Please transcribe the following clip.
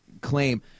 claim